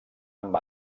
amb